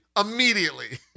immediately